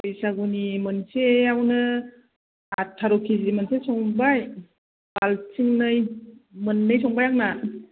बैसागुनि मोनसेआवनो आथार' केजि मोनसे संबाय बाल्थिंनै मोननै संबाय आंना